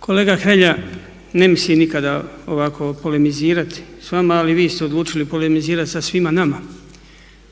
kolega Hrelja ne mislim nikada ovako polemizirati s vama ali vi ste odlučili polemizirati sa svima nama,